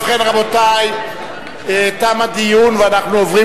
ובכן, רבותי, תם הדיון ואנחנו עוברים